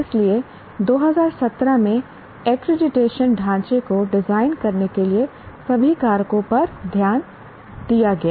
इसलिए 2017 में एक्रीडिटेशन ढांचे को डिजाइन करने के लिए सभी कारकों पर ध्यान दिया गया